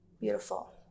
Beautiful